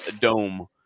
dome